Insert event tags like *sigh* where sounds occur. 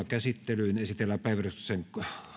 *unintelligible* käsittelyyn esitellään päiväjärjestyksen